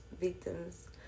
victims